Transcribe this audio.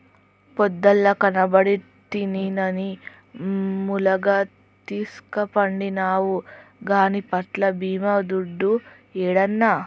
పొద్దల్లా కట్టబడితినని ములగదీస్కపండినావు గానీ పంట్ల బీమా దుడ్డు యేడన్నా